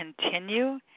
continue